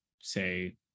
say